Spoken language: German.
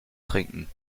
trinken